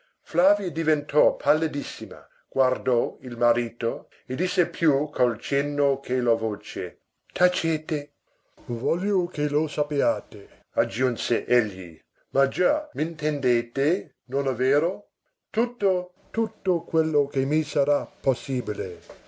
vita flavia diventò pallidissima guardò il marito e disse più col cenno che con la voce tacete voglio che lo sappiate aggiunse egli ma già m'intendete non è vero tutto tutto quello che mi sarà possibile